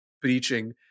Preaching